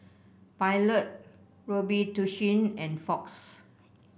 Pilot Robitussin and Fox